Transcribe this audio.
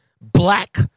black